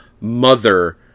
mother